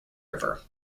river